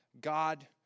God